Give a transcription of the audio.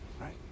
right